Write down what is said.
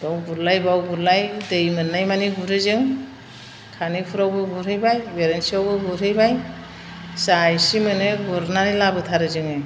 बाव गुरलाय बाव गुरलाय दै मोननाय माने गुरो जों खानिफुरावबो गुरहैबाय बेरेन्सिआवबो गुरहैबाय जा एसे मोनो गुरनानै लाबोथारो जोङो